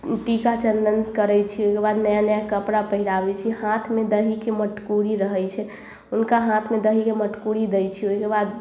टीका चंदन करै छी ओइके बाद नया नया कपड़ा पहिराबै छी हाथमे दहीके मटकूरी रहै छै हुनका हाथमे दहीके मटकूरी दै छी ओहिके बाद